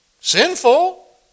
Sinful